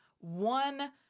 one